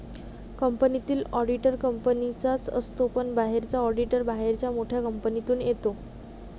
कंपनीतील ऑडिटर कंपनीचाच असतो पण बाहेरचा ऑडिटर बाहेरच्या मोठ्या कंपनीतून येतो